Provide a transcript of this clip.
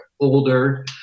older